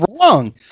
wrong